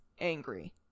angry